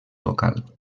local